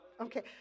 Okay